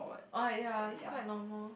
orh ya it's quite normal